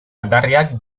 aldarriak